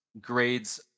grades